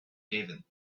given